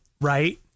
right